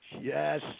Yes